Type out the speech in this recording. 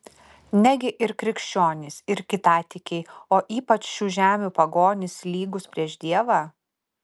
negi ir krikščionys ir kitatikiai o ypač šių žemių pagonys lygūs prieš dievą